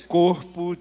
corpo